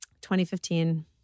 2015